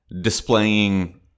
displaying